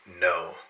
No